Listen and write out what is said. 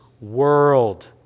world